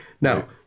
Now